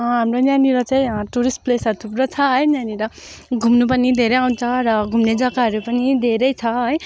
हाम्रो यहाँनिर चाहिँ टुरिस्ट प्लेसहरू थुप्रो छ है यहाँनिर घुम्नु पनि धेरै आउँछ र घुम्ने जग्गाहरू पनि धेरै छ है